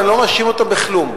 ואני לא מאשים אותם בכלום,